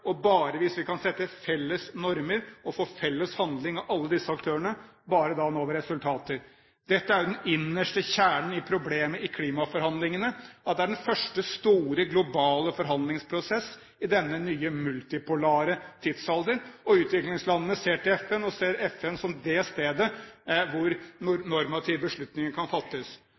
Bare hvis vi kan sette felles normer og få felles handling av alle disse aktørene, når vi resultater. Dette er jo den innerste kjernen i problemet i klimaforhandlingene. Det er den første store globale forhandlingsprosess i denne nye multipolare tidsalder. Og utviklingslandene ser til FN, og de ser FN som det stedet hvor normative beslutninger kan fattes.